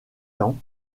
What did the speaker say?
ans